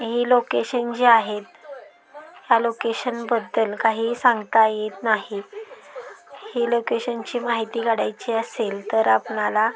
ही location जी आहेत ह्या लोकेशनबद्दल काहीही सांगता येत नाही ही लोकेशनची माहिती काढायची असेल तर आपणाला